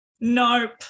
Nope